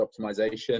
optimization